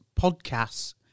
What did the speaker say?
podcasts